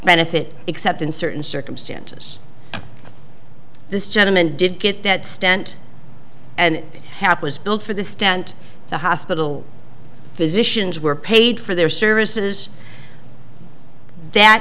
benefit except in certain circumstances this gentleman did get that stent and cap was billed for the stent the hospital physicians were paid for their services that